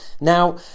Now